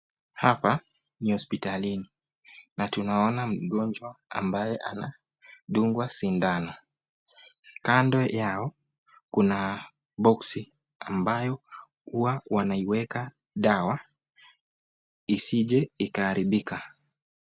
Hapa ni hospitali. Na tunaona mgojwa ambaye anadugwa sindano . Kando yao kuna box ambao huwa wanaiweka dawa hisije ikaharibika.